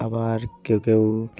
আবার কেউ কেউ